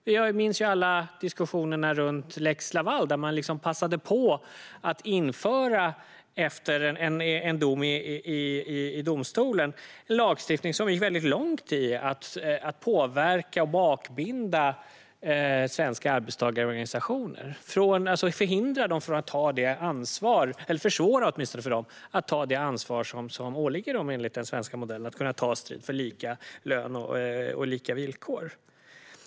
Vi minns alla diskussionerna om lex Laval då man efter en dom i EG-domstolen passade på att införa en lagstiftning som gick långt i att påverka och bakbinda svenska arbetstagarorganisationer för att försvåra för dem att ta det ansvar som åligger dem enligt den svenska modellen: att kunna ta strid för lika lön och lika villkor.